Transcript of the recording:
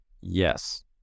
yes